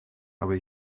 aber